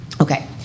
Okay